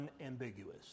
unambiguous